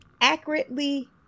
accurately